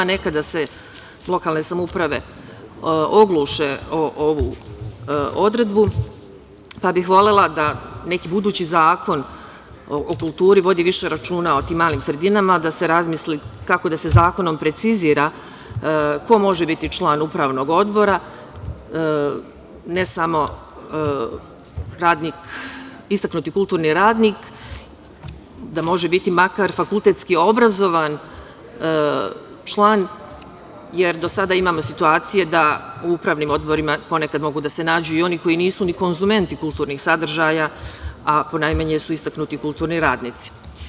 Nekada se lokalne samouprave ogluše o ovu odredbu pa bih volela da neki budući zakon o kulturi vodi više računa o tim malim sredinama, da se razmisli kako da se zakonom precizira ko može biti član upravnog odbora, ne samo istaknuti kulturni radnik, da može biti makar fakultetski obrazovan član, jer do sada imamo situacije da u upravnim odborima ponekad mogu da se nađu i oni koji nisu ni konzumenti kulturnih sadržaja, a ponajmanje su istaknuti kulturni radnici.